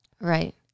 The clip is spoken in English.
Right